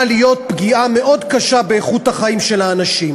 להיות פגיעה מאוד קשה באיכות החיים של האנשים.